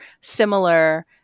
similar